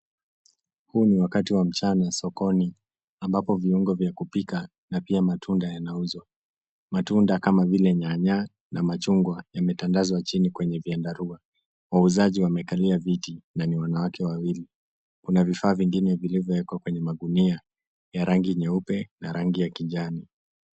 Huu ni wakati wa mchana sokoni ambapo viuongo vya kupika na pia matunda yanauzwa. Matunda kama vile nyanya na machungwa yametandzwa chini kwenye vyandarua. Wauzaji wamekalia viti na ni wanawake wawili . Kuna vifaa vingine vilivyowekwa kwenye magunia ya rangi nyeupe na rangi ya kijani.